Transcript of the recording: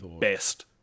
best